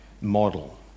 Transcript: model